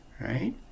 Right